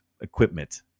equipment